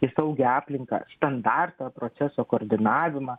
į saugią aplinką standartą proceso koordinavimą